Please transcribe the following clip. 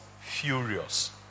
furious